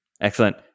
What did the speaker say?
Excellent